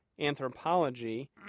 Anthropology